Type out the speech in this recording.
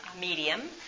medium